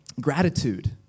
gratitude